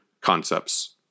concepts